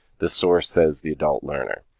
the source says the adult learner.